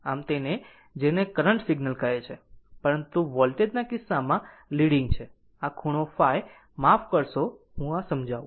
આમ આ તે છે જેને કરંટ સિગ્નલ કહે છે પરંતુ વોલ્ટેજ ના કિસ્સામાં લીડીંગ છે આ ખૂણો ϕ માફ કરશો આ માફ કરશો આ સમજાવું